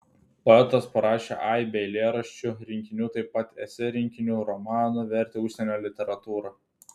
poetas parašė aibę eilėraščių rinkinių taip pat esė rinkinių romanų vertė užsienio literatūrą